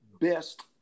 best